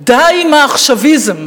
די עם העכשוויזם.